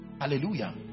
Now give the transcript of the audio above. Hallelujah